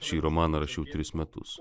šį romaną rašiau tris metus